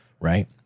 Right